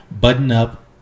button-up